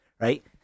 right